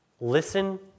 Listen